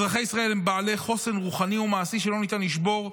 אזרחי ישראל הם בעלי חוסן רוחני ומעשי שלא ניתן לשבור.